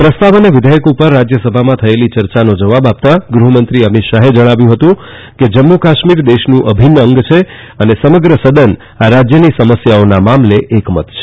પ્રસ્તાવ અને વિધેયક પર રાજ્યસભામાં થયેલી ચર્ચાનો જવાબ આપતા ગૃહમંત્રી અમિત શાહે જણાવ્યું હતું કે જમ્મુ કાશ્મીર દેશનું અભિન્ન અંગ છે અને સમગ્ર સદન આ રાજ્યની સમસ્યાઓ મામલે એક મત છે